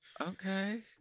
okay